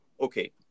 Okay